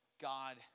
God